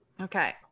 Okay